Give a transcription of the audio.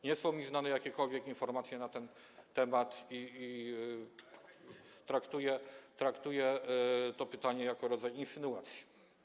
Nie są mi znane jakiekolwiek informacje na ten temat i traktuję to pytanie jako rodzaj insynuacji.